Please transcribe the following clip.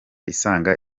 isaga